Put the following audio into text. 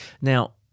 Now